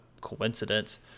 coincidence